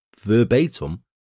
verbatim